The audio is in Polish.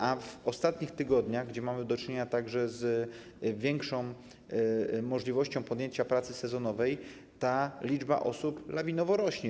A w ostatnich tygodniach, gdzie mamy do czynienia także z większą możliwością podjęcia pracy sezonowej, ta liczba osób lawinowo rośnie.